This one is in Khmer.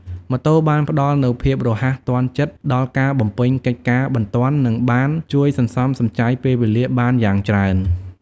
ម៉ូតូបានផ្តល់នូវភាពរហ័សទាន់ចិត្តដល់ការបំពេញកិច្ចការបន្ទាន់និងបានជួយសន្សំសំចៃពេលវេលាបានយ៉ាងច្រើន។